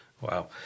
Wow